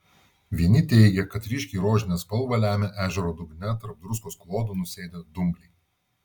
vieni teigė kad ryškiai rožinę spalvą lemia ežero dugne tarp druskos klodų nusėdę dumbliai